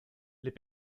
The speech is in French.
les